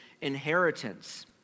inheritance